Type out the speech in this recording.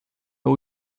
but